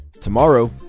tomorrow